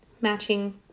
matching